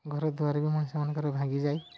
ଘରଦ୍ୱାର ବି ମଣିଷମାନଙ୍କରେ ଭାଙ୍ଗିଯାଏ